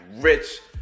rich